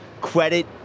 credit